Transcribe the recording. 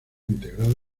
integrado